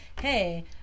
hey